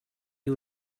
you